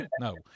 No